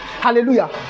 hallelujah